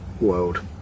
world